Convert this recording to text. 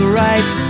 right